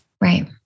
Right